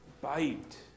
Bite